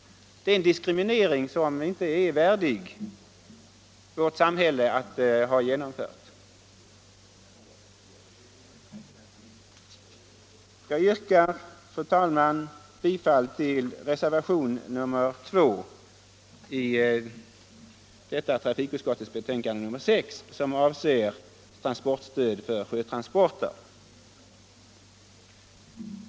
Det är inte värdigt vårt samhälle att ha en sådan här diskriminering av sjöfarten. Jag yrkar, fru talman, bifall till reservationen 2 i trafikutskottets betänkande nr 6, vilken avser transportstöd för sjötransporter.